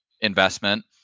investment